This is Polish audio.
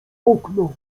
okno